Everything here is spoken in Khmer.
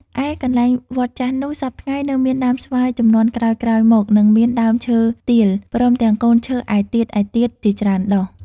ឯកន្លែងវត្តចាស់នោះ សព្វថ្ងៃ នៅមានដើមស្វាយជំនាន់ក្រោយៗ មក និងមានដើមឈើទាល ព្រមទាំងកូនឈើឯទៀតៗជាច្រើនដុះ ។